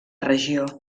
regió